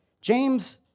James